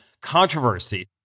controversy